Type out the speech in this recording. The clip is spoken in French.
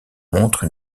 montre